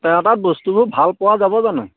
তেওঁৰ তাত বস্তুবোৰ ভাল পোৱা যাব জানো